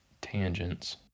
tangents